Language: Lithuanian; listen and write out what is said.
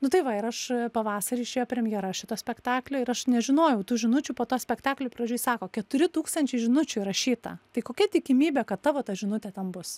nu tai va ir aš pavasarį išėjo premjera šito spektaklio ir aš nežinojau tų žinučių po to spektaklio pradžioj sako keturi tūkstančiai žinučių įrašyta tai kokia tikimybė kad tavo ta žinutė ten bus